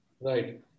Right